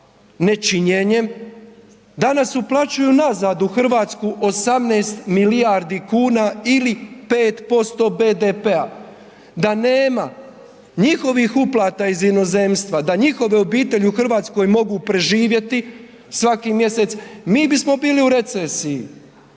nečinjenjem danas uplaćuju nazad u Hrvatsku 18 milijardi kuna ili 5% BDP-a, da nema njihovih uplata iz inozemstva da njihove obitelji u Hrvatskoj mogu preživjeti svaki mjesec mi bismo bili u recesiji.